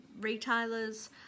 retailers